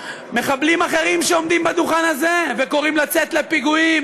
מחבלים אחרים שעומדים בדוכן הזה וקוראים לצאת לפיגועים,